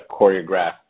choreograph